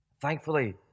Thankfully